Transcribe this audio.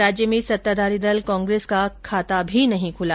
राज्य में सत्ताधारी दल कांग्रेस का खाता भी नहीं खुला